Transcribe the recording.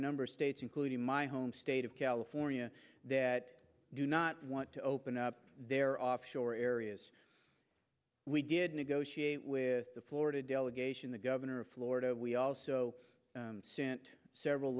number of states including my home state of california that do not want to open up their offshore areas we did negotiate with the florida delegation the governor of florida we also sent several